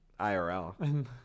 IRL